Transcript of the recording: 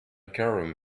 cairum